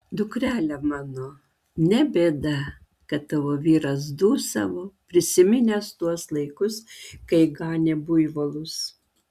dukrele mano ne bėda kad tavo vyras dūsavo prisiminęs tuos laikus kai ganė buivolus